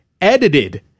edited